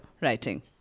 writing